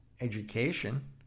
education